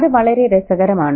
അത് വളരെ രസകരമാണ്